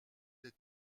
des